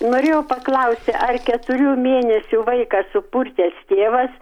norėjau paklausti ar keturių mėnesių vaiką supurtęs tėvas